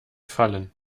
fallen